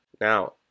Now